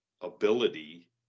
ability